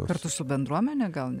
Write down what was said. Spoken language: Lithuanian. kartu su bendruomene gal